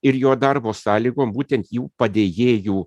ir jo darbo sąlygom būtent jų padėjėjų